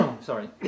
Sorry